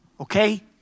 Okay